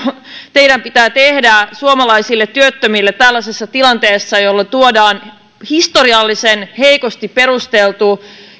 teidän pitää tehdä suomalaisille työttömille tällaisessa tilanteessa jolloin tuodaan historiallisen heikosti perusteltu